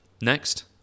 Next